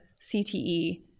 CTE